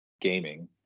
gaming